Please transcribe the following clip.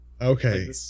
okay